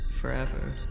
forever